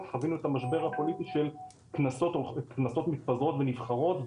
חווינו את המשבר הפוליטי של כנסות מתפזרות ונבחרות,